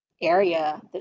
area